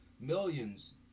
millions